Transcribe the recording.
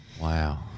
Wow